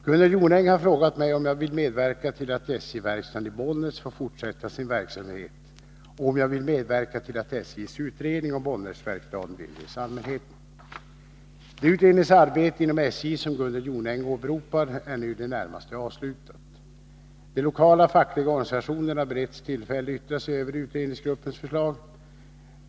Herr talman! Gunnel Jonäng har frågat mig om jag vill medverka till att SJ-verkstaden i Bollnäs får fortsätta sin verksamhet och om jag vill medverka till att SJ:s utredning om Bollnäsverkstaden delges allmänheten. Det utredningsarbete inom SJ som Gunnel Jonäng åberopar är nu i det närmaste avslutat. De lokala fackliga organisationerna har beretts tillfälle att yttra sig över utredningsgruppens förslag.